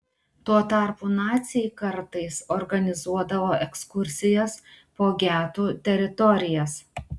tuo tarpu naciai kartais organizuodavo ekskursijas po getų teritorijas